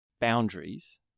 boundaries